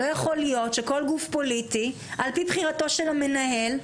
לא יכול להיות שכל גוף פוליטי על פי בחירתו של המנהל,